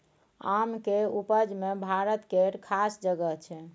आम केर उपज मे भारत केर खास जगह छै